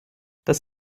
das